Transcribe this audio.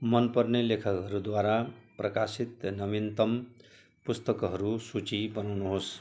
मन पर्ने लेखकहरूद्वारा प्रकाशित नवीनतम पुस्तकहरू सूची बनाउनुहोस्